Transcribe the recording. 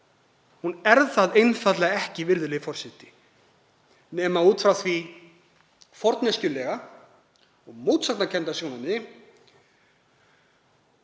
Það er það einfaldlega ekki, virðulegi forseti, nema út frá því forneskjulega og mótsagnakennda sjónarmiði